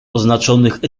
oznaczonych